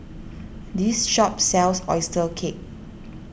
this shop sells Oyster Cake